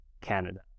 Canada